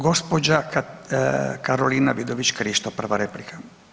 Gđa. Karolina Vidović Krišto, prva replika.